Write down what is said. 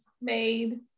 made